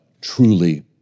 truly